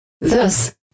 Thus